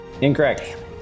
Incorrect